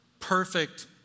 perfect